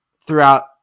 throughout